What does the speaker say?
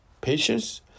patience